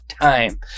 time